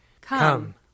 Come